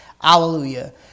Hallelujah